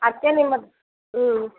ಅದಕ್ಕೆ ನಿಮ್ಮ ಹ್ಞೂ